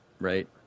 right